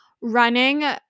running